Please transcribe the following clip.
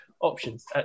options